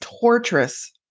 torturous